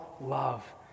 love